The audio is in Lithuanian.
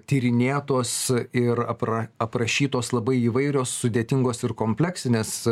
tyrinėtos ir apra aprašytos labai įvairios sudėtingos ir kompleksinės